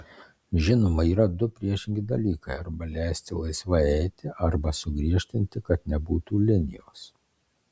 žinoma yra du priešingi dalykai arba leisti laisvai eiti arba sugriežtinti kad nebūtų linijos